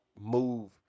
move